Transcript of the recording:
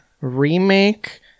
remake